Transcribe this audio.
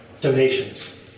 donations